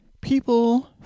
people